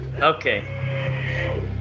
Okay